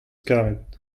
karet